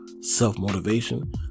self-motivation